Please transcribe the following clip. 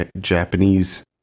Japanese